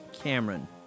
Cameron